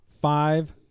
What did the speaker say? five